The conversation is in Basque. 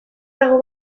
dago